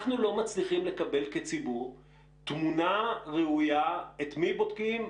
אנחנו לא מצליחים לקבל כציבור תמונה ראויה את מי בודקים,